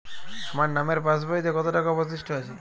আমার নামের পাসবইতে কত টাকা অবশিষ্ট আছে?